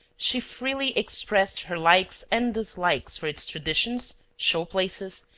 she freely expressed her likes and dislikes for its traditions, show-places,